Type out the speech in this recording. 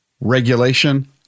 Regulation